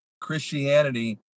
Christianity